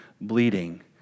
bleeding